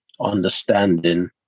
understanding